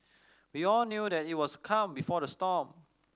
we all knew that he was the calm before the storm